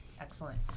Excellent